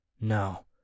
No